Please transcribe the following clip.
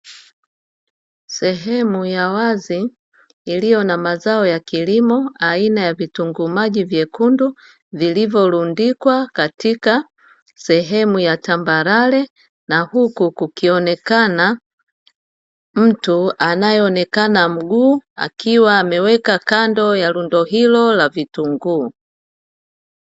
Sehemu ya wazi iliyo na mazao ya kilimo aina ya vitunguu maji vyekundu vilivyorundikwa katika sehemu ya tambarare, na huku kukionekana mtu anayeonekana mguu akiwa ameweka kando ya rundo hilo la vitunguu.